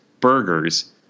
burgers